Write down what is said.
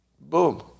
Boom